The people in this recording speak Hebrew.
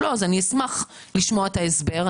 אז אני אשמח לשמוע את ההסבר.